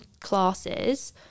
classes